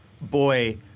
boy